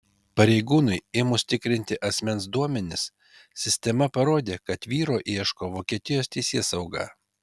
pareigūnui ėmus tikrinti asmens duomenis sistema parodė kad vyro ieško vokietijos teisėsauga